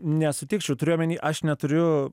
nesutikčiau turiu omeny aš neturiu